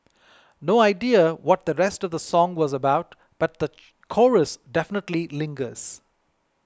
no idea what the rest of the song was about but the chorus definitely lingers